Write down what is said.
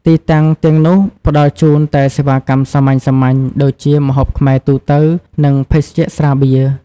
ទីតាំងទាំងនោះផ្ដល់ជូនតែសេវាកម្មសាមញ្ញៗ ដូចជាម្ហូបខ្មែរទូទៅ និងភេសជ្ជៈស្រាបៀរ។